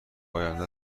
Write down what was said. آینده